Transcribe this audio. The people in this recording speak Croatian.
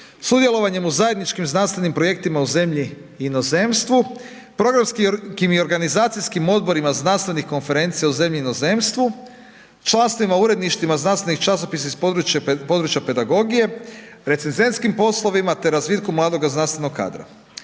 sudjelovanjem u zajedničkim znanstvenim projektima u zemlji i inozemstvu, programskim i organizacijskim odborima znanstvenih konferencija u zemlji i inozemstvu, članstvima u uredništvima znanstvenih časopisa iz područja pedagogije, recenzentskim poslovima te razvitkom mladoga znanstvenog kadra.